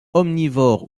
omnivore